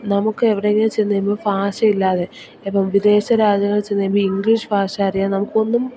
നമുക്ക് എവിടെയെങ്കിലും ചെന്നു കഴിയുമ്പോൾ ഭാഷ ഇല്ലാതെ ഇപ്പം വിദേശ രാജ്യങ്ങളിൽ ചെന്നു കഴിയുമ്പോൾ ഇംഗ്ലീഷ് ഭാഷ അറിയാം നമുക്കൊന്നും